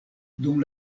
dum